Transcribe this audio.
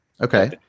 Okay